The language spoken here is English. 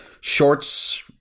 shorts